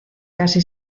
casi